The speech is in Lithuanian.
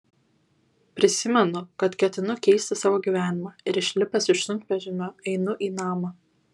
prisimenu kad ketinu keisti savo gyvenimą ir išlipęs iš sunkvežimio einu į namą